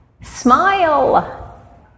smile